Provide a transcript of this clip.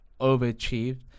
overachieved